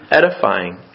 edifying